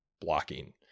blocking